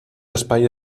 espai